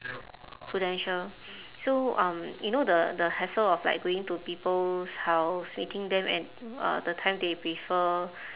prudential so um you know the the hassle of like going to people's house meeting them at uh the time they prefer